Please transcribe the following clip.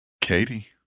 Katie